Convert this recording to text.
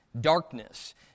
darkness